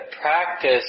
practice